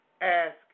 Ask